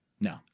No